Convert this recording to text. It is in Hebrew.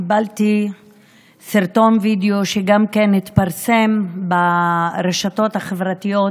קיבלתי סרטון וידיאו שגם התפרסם ברשתות החברתיות,